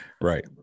Right